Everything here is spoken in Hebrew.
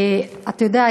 אתה יודע,